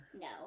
No